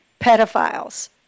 Pedophiles